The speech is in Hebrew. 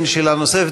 אין שאלה נוספת.